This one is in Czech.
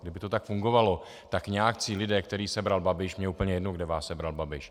Kdyby to tak fungovalo, tak nějací lidé, které sebral Babiš, mně je úplně jedno, kde vás sebral Babiš.